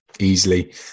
easily